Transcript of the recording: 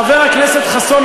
חבר הכנסת חסון,